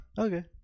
Okay